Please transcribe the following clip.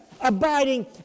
abiding